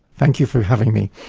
thank you for having me.